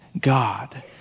God